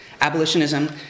Abolitionism